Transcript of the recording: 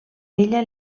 ella